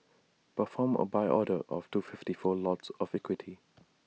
perform A buy order of two fifty four lots of equity